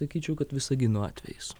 sakyčiau kad visagino atvejis